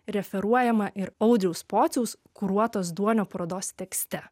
referuojama ir audriaus pociaus kuruotos duonio parodos tekste